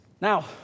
Now